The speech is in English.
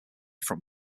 from